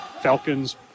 Falcons